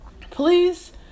please